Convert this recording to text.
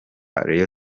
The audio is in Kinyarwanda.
rayon